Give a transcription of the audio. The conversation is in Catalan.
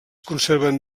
conserven